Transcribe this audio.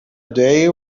day